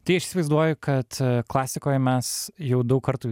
tai aš įsivaizduoju kad klasikoje mes jau daug kartų